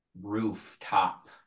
rooftop